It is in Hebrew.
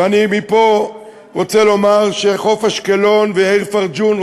ואני מפה רוצה לומר שחוף-אשקלון ויאיר פרג'ון,